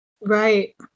right